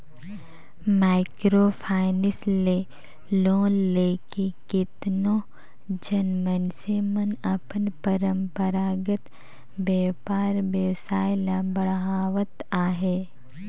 micro finance ले loan लेके केतनो झन मइनसे मन अपन परंपरागत बयपार बेवसाय ल बढ़ावत अहें